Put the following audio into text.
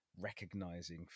recognizing